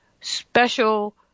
special